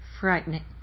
frightening